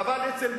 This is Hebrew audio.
אגב,